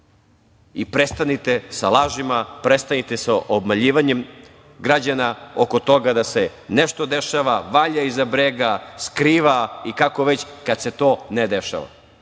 Prestanite sa lažima, prestanite sa obmanjivanjem građana oko toga da se nešto dešava, valja iza brega, skriva, kako već, kada se to ne dešava. Još